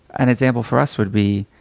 an example for us would be